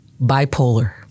Bipolar